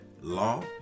law